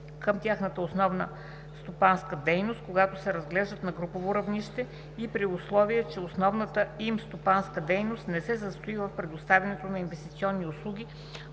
към тяхната основна стопанска дейност, когато се разглеждат на групово равнище, и при условие че основната им стопанска дейност не се състои в предоставянето на инвестиционни услуги